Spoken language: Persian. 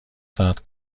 ساعت